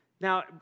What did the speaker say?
Now